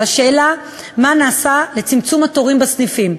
לשאלה מה נעשה לצמצום התורים בסניפים: